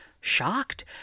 shocked